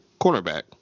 cornerback